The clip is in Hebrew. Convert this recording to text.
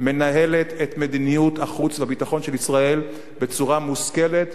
את מדיניות החוץ והביטחון של ישראל בצורה מושכלת,